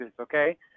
okay